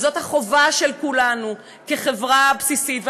וזאת החובה של כולנו כחברה, הבסיסית.